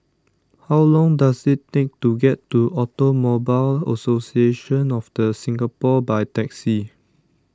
how long does it take to get to Automobile Association of the Singapore by taxi